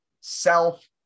self